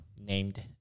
named